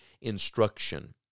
instruction